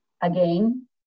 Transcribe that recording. again